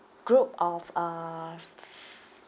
group of uh